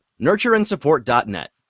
nurtureandsupport.net